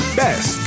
best